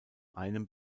einem